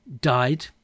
died